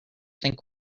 think